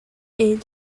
est